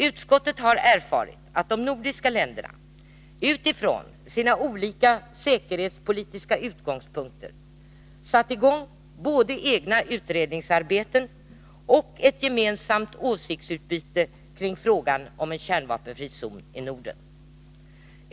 Utskottet har erfarit att de nordiska länderna utifrån sina olika säkerhetspolitiska utgångspunkter satt i gång både egna utredningsarbeten och ett gemensamt åsiktsutbyte kring frågan om en kärnvapenfri zon i Norden.